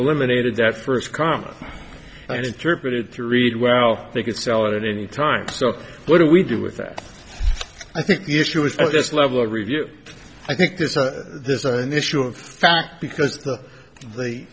eliminated that first comma and interpreted to read well they could sell it at any time so what do we do with that i think the issue is this level of review i think this or this is an issue of fact because the the